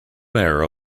mayor